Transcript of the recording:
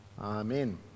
Amen